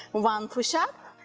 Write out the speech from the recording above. one push up,